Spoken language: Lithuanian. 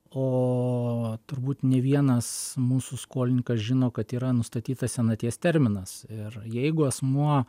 o turbūt ne vienas mūsų skolininkas žino kad yra nustatytas senaties terminas ir jeigu asmuo